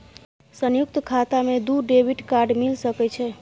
संयुक्त खाता मे दू डेबिट कार्ड मिल सके छै?